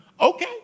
Okay